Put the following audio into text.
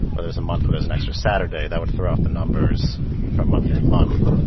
or there's a month with an extra saturday. that would throw off the numbers from month to month.